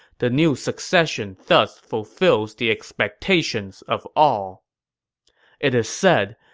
the new succession thus fulfills the expectations of all it is said,